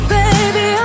baby